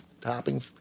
topping